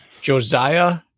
Josiah